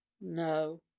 No